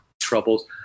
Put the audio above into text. troubles